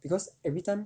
because every time